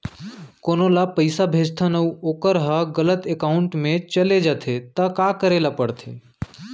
कोनो ला पइसा भेजथन अऊ वोकर ह गलत एकाउंट में चले जथे त का करे ला पड़थे?